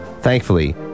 Thankfully